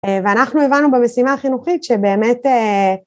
ואנחנו הבנו במשימה החינוכית שבאמת